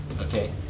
Okay